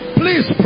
please